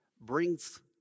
brings